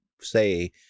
say